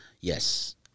Yes